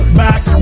back